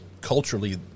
culturally